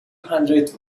hundred